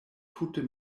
tute